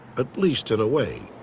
at least in a way.